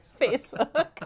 Facebook